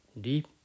deep